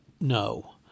No